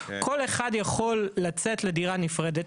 כל אחד יכול לצאת לדירה נפרדת,